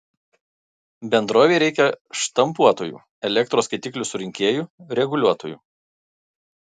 bendrovei reikia štampuotojų elektros skaitiklių surinkėjų reguliuotojų